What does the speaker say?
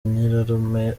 nyirarume